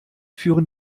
führen